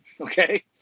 okay